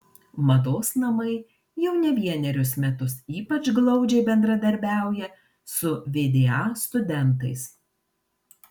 mados namai jau ne vienerius metus ypač glaudžiai bendradarbiauja su vda studentais